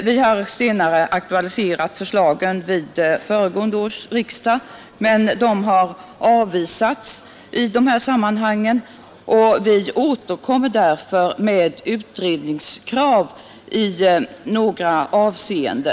Vi aktualiserade också frågorna vid föregående års riksdag, men våra förslag avvisades den gången. Vi har därför återkommit nu med utredningskrav i några avseenden.